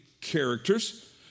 characters